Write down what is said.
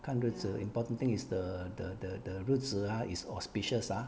看日子 important thing is the the the the 日子 ah is auspicious ah